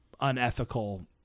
unethical